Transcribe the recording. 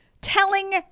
telling